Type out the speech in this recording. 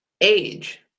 age